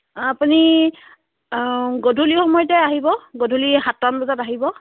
আপুনি গধূলি সময়তে আহিব গধূলি সাতটামান বজাত আহিব